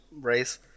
race